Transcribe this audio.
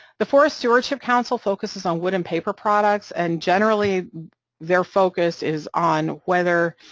the forest stewardship council focuses on wood and paper products, and generally their focus is on whether